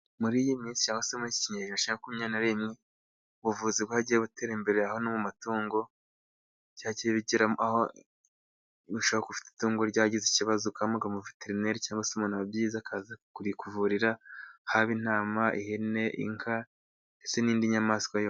Muri iyi minsi cyangwa se muri iki kinyejana cya makumyabiri na rimwe, ubuvuzi bwagiye butera imbere, aho no mu matungo, byagiye bigera n'aho ushobora kuba ufite itungo ryagize ikibazo, ugahamagara umuveterineri cyangwa se umuntu wabyize akaza kurikuvurira, haba intama, ihene, inka ndetse n'indi nyamaswa yose.